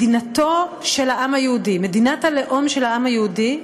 מדינתו של העם היהודי, מדינת הלאום של העם היהודי,